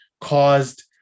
caused